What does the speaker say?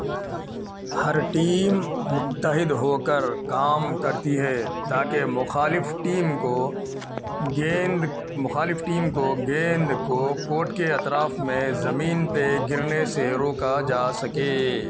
ہر team متحد ہو کر کام کرتی ہے تا کہ مخالف ٹیم کو گیند مخالف ٹیم کو گیند کو کورٹ کے اطراف میں زمین پہ گرنے سے روکا جا سکے